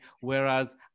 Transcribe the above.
whereas